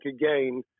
again